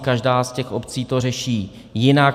Každá z těch obcí to řeší jinak.